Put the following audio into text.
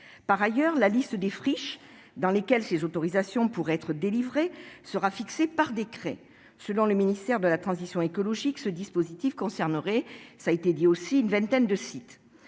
Par ailleurs, la liste des friches dans lesquelles ces autorisations pourraient être délivrées serait fixée par décret. Selon le ministère de la transition écologique, ce dispositif concernerait une vingtaine de sites.